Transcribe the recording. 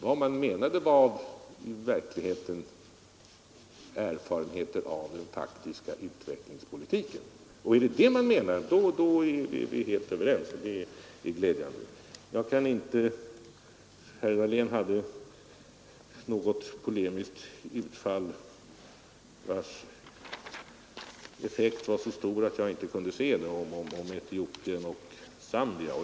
Vad man menade var i verkligheten erfarenheter av den faktiska utvecklingspolitiken, och i så fall är vi helt överens, vilket är glädjande. Herr Dahlén hade något polemiskt utfall, vars effekt var så stor att jag inte kunde se den, beträffande Etiopien och Zambia.